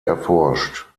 erforscht